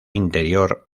interior